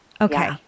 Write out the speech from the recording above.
Okay